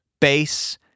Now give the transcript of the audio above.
bass